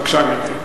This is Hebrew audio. בבקשה, גברתי.